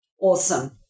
Awesome